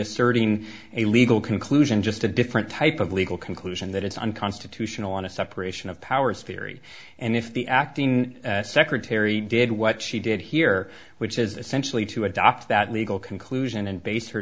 asserting a legal conclusion just a different type of legal conclusion that it's unconstitutional on a separation of powers theory and if the acting secretary did what she did here which is essentially to adopt that legal conclusion and based her